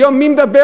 היום מי מדבר?